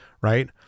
right